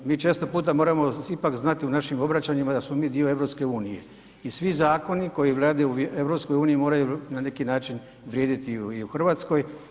Mi često puta moramo ipak znati u našim obraćanjima da smo mi dio EU i svi zakoni koji vladaju u EU moraju na neki način vrijediti i u Hrvatskoj.